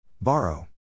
Borrow